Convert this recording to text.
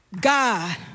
God